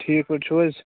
ٹھیٖک پٲٹھۍ چھُو حظ